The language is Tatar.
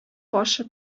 башы